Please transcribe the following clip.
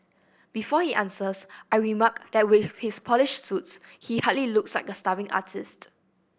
before he answers I remark that with his polished suits he hardly looks like a starving artist